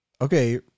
Okay